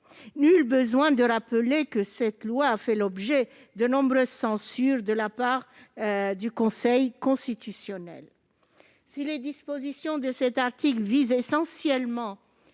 nul besoin de rappeler que cette loi a fait l'objet de nombreuses censures de la part du Conseil constitutionnel. Si les dispositions de cet article visent essentiellement